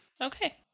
Okay